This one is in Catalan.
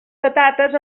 patates